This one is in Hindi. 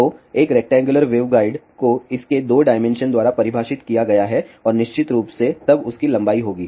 तो एक रेक्टैंगुलर वेवगाइड को इसके दो डायमेंशन द्वारा परिभाषित किया गया है और निश्चित रूप से तब उसकी लंबाई होगी